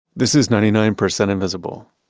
this is ninety nine percent invisible.